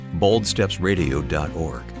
boldstepsradio.org